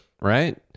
right